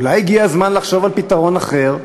אולי הגיע הזמן לחשוב על פתרון אחר?